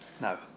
No